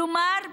כלומר,